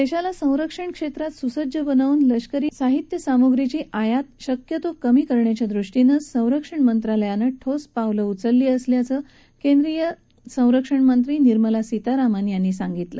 दक्षीला संरक्षणक्षक्रित सुसज्ज बनवून लष्करी साहित्यसामग्रीची आयात शक्यतो कमी करण्याच्या दृष्टीनं संरक्षणमंत्रालयानं ठोस पावलं उचलली आहरि असं केंद्रीय संरक्षणमंत्री निर्मला सीतारामन यांनी सांगितलं